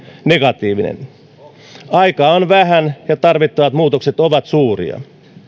negatiivinen aikaa on vähän ja tarvittavat muutokset ovat suuria